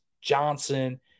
Johnson